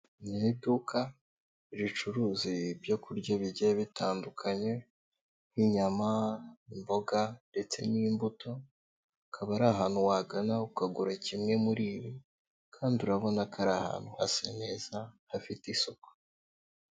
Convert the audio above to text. Ni iduka ricuruzi ibyo kurya bigiye bitandukanye nk'inyama, imboga ndetse n'imbuto, ukaba ari ahantu wagana ukagura kimwe muri ibi kandi urabona ko ari ahantu hasa neza hafite isuku.